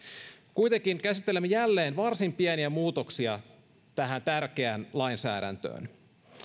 kuitenkin käsittelemme jälleen varsin pieniä muutoksia tähän tärkeään lainsäädäntöön